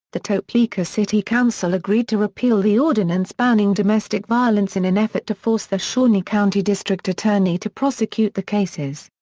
the topeka city council agreed to repeal the ordinance banning domestic violence in an effort to force the shawnee county district attorney to prosecute the cases.